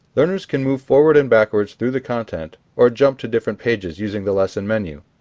learners can move forward and backwards through the content, or jump to different pages using the lesson menu.